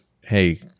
hey